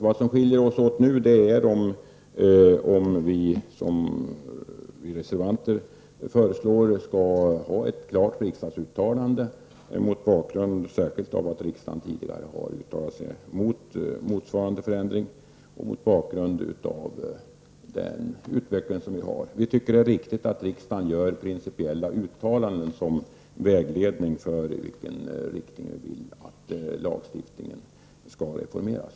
Var vi skiljer oss åt gäller frågan om man, som vi reservanter föreslår, skall ha ett klart riksdagsuttalande mot bakgrund särskilt av att riksdagen tidigare har uttalat sig mot motsvarande förändring och mot bakgrund av nuvarande utveckling. Vi tycker att det är riktigt att riksdagen gör principiella uttalanden som vägledning för i vilken riktning lagstiftningen skall reformeras.